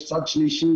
יש צד שלישי,